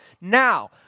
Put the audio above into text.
Now